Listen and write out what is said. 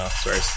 Sorry